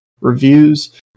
reviews